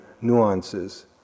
nuances